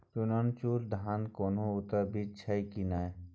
चननचूर धान के कोनो उन्नत बीज छै कि नय?